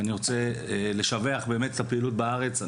אני רוצה לשבח את הפעילות בארץ.